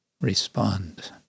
respond